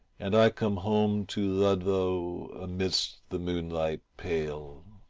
and i come home to ludlow amidst the moonlight pale.